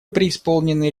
преисполнены